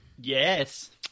Yes